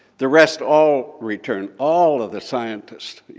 the rest all returned, all of the scientists,